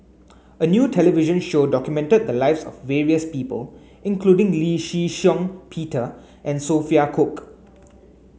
a new television show documented the lives various people including Lee Shih Shiong Peter and Sophia Cooke